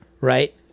Right